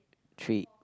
three